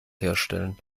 herstellen